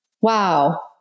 wow